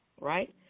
right